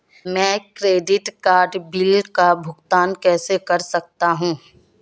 मैं credit card bill का भुगतान कैसे कर सकता हूं?